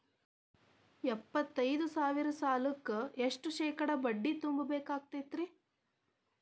ಎಪ್ಪತ್ತೈದು ಸಾವಿರ ಸಾಲಕ್ಕ ಎಷ್ಟ ಶೇಕಡಾ ಬಡ್ಡಿ ತುಂಬ ಬೇಕಾಕ್ತೈತ್ರಿ?